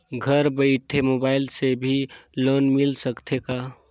घर बइठे मोबाईल से भी लोन मिल सकथे का?